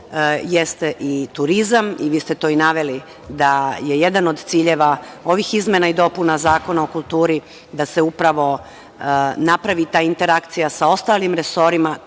jeste i turizam. Vi ste to i naveli, da je jedan od ciljeva ovih izmena i dopuna Zakona o kulturi, da se upravo napravi ta interakcija sa ostalim resorima,